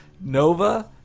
Nova